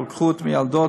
רוקחות ומיילדות,